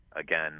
again